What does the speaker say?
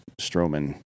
Strowman